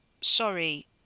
Sorry